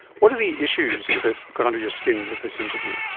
what are the issues that got under your skin with this interview?